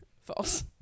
False